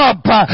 Up